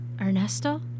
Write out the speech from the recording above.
Ernesto